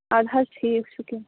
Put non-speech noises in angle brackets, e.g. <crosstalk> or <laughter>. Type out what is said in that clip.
اَدٕ حظ ٹھیٖک چھُ کیٚنہہ <unintelligible>